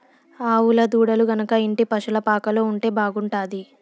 ఆవుల దూడలు గనక ఇంటి పశుల పాకలో ఉంటే బాగుంటాది